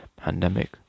pandemic